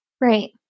Right